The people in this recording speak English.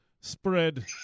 spread